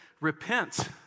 Repent